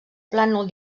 plànol